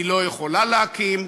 היא לא יכולה להקים,